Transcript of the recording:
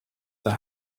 the